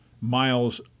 Miles